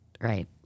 Right